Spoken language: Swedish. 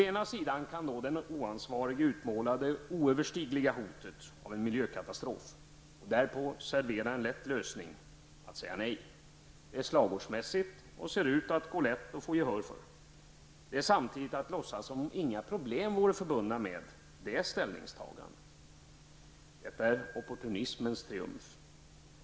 Å ena sidan kan då den oansvarige utmåla det oöverstigliga hotet av en miljökatastrof, och därpå servera lösningen att säga nej. Det är slagordsmässigt och ser ut att gå lätt att få gehör för. Det är samtidigt att låtsas som om inga problem vore förbundna med det ställningstagandet. Detta är opportunismens triumf.